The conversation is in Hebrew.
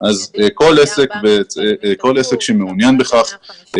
כל עסק שמעוניין בכך,